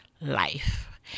life